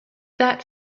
that